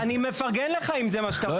אני מפרגן לך אם זה מה שאתה רוצה, אבל תן לי גם.